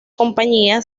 compañía